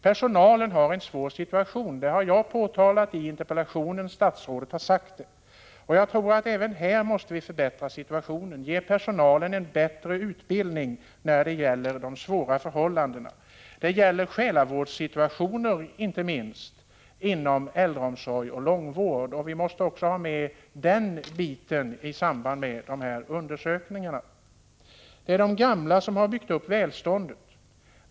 Personalen har en svår situation. Det har jag påpekat i interpellationen, och statsrådet har sagt det i svaret. Vi måste förbättra situationen och ge personalen en bättre utbildning när det gäller de svåra förhållandena. Det är inte minst fråga om själavårdssituationer inom äldreomsorg och långvård, och vi måste ha med även denna bit i samband med undersökningarna. Det är de gamla som har byggt upp välståndet.